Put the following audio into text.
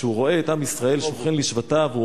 כשהוא רואה את עם ישראל שוכן לשבטיו הוא